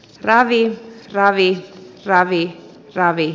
raadin ravi ravi kc ravi